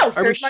No